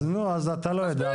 אז אתה לא יודע.